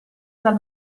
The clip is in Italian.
dal